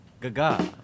Gaga